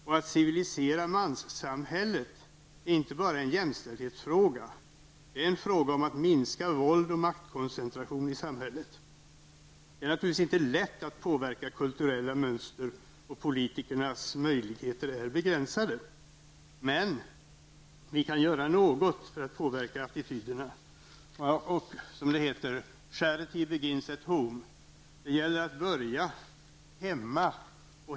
Det är inte bara en jämställdhetsfråga att civilisera männen, det är en fråga om att minska våld och maktkoncentration i samhället. Det är naturligtvis inte lätt att påverka kulturella mönster, och politikernas möjligheter är begränsade. Men vi kan göra något för att påverka attityderna. Charrity beginns at home, som det heter. Det gäller att börja hemma.